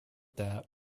that